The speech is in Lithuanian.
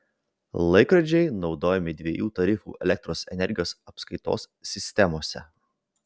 laikrodžiai naudojami dviejų tarifų elektros energijos apskaitos sistemose